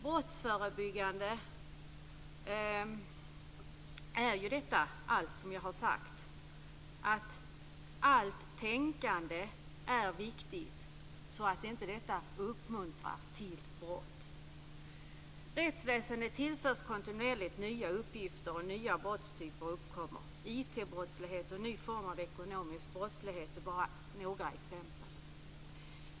Brottsförebyggande är ju allt detta som jag har tagit upp. Allt tänkande är viktigt, så att inte detta uppmuntrar till brott. Rättsväsendet tillförs kontinuerligt nya uppgifter, och nya brottstyper uppkommer. IT-brottslighet och en ny form av ekonomisk brottslighet är bara några exempel.